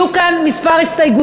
יהיו כאן כמה הסתייגויות.